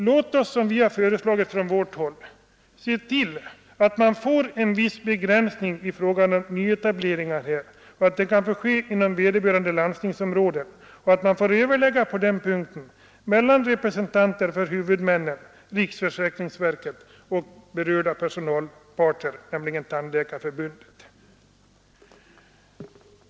Låt oss, som vi har föreslagit från vårt håll, se till att en viss begränsning i fråga om nyetableringar kan få göras inom vederbörande landstingsområden och att representanter för huvudmännen, riksförsäkringsverket och berörd personalpart, nämligen Tandläkarförbundet, får överlägga på den punkten.